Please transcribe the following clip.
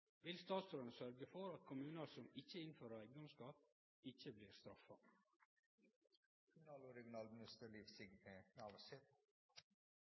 Vil statsråden sørgje for at kommunar som ikkje innfører eigedomsskatt, ikkje blir straffa?» I samband med